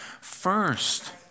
first